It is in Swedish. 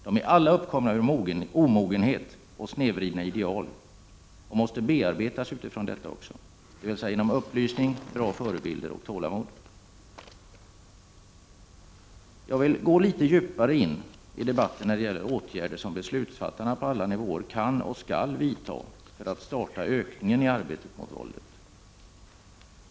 De är alla uppkomna ur omogenhet och snedvridna ideal och måste bearbetas utifrån detta också, dvs. genom upplysning, bra förebilder och tålamod. Jag vill gå lite djupare in i debatten, när det gäller åtgärder som beslutsfattare på alla nivåer kan — och skall — vidtaga för att starta ökningen av arbetet mot våldet.